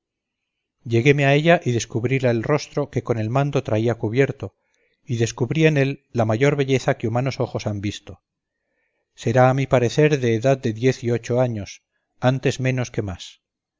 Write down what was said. lleguéme a ella y descubríla el rostro que con el manto traía cubierto y descubrí en él la mayor belleza que humanos ojos han visto será a mi parecer de edad de diez y ocho años antes menos que más